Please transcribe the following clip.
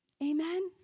Amen